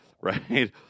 right